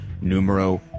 numero